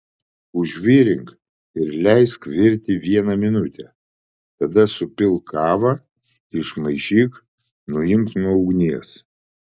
užvirink ir leisk virti vieną minutę tada supilk kavą išmaišyk nuimk nuo ugnies